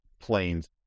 planes